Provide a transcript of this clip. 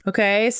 Okay